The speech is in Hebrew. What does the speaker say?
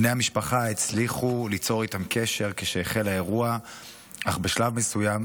בני המשפחה הצליחו ליצור איתם קשר כשהחל האירוע אך בשלב מסוים